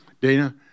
Dana